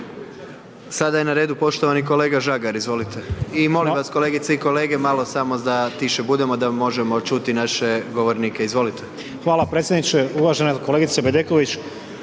Sada je na redu poštovani kolega Žagar, izvolite i molim vas kolegice i kolege malo samo za tiše budemo, da možemo čuti naše govornike, izvolite. **Žagar, Tomislav (Nezavisni)** Hvala predsjedniče, uvažena kolegice Bedeković